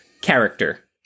character